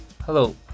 Hello